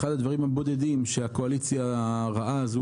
אחד הדברים הבודדים שהקואליציה הרעה הזאת,